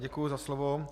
Děkuji za slovo.